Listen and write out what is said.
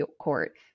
Court